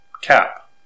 Cap